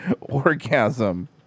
orgasm